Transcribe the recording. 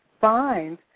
find